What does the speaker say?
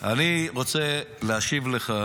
אני רוצה להשיב לך